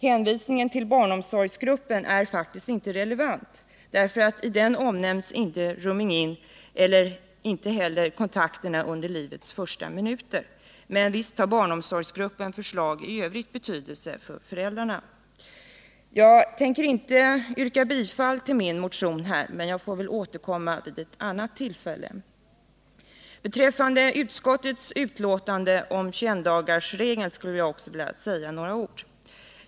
Hänvisningen till barnomsorgsgruppen är faktiskt inte relevant, därför att i den omnämns inte rooming-in och inte heller kontakterna under livets första minuter. Men visst har barnomsorgsgruppens förslag i övrigt betydelse för föräldrarna. Jag tänker inte yrka bifall till min motion men får väl återkomma vid ett annat tillfälle. Även beträffande utskottets uttalande om 21-dagarsregeln skulle jag också vilja säga några ord.